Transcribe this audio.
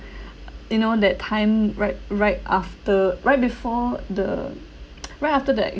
you know that time right right after right before the right after the